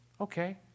Okay